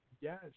Yes